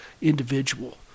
individual